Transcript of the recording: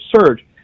surge